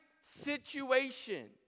situation